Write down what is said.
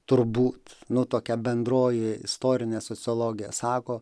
turbūt nu tuokia bendroji istorinė sociologija sako